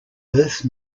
earth